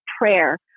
prayer